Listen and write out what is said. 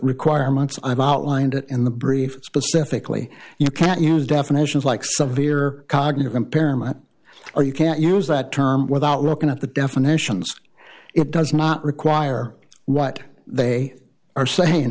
requirements i've outlined in the brief specifically you can't use definitions like severe cognitive impairment or you can't use that term without looking at the definitions it does not require what they are saying